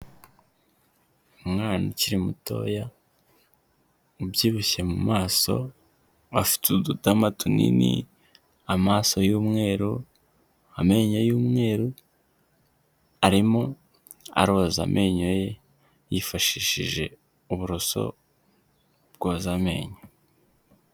Umwana ukiri mutoya, ubyibushye mu maso, afite udutama tunini, amaso y'umweru, amenyo y'umweru, arimo aroza amenyo ye, yifashishije uburoso bwoza amenyo.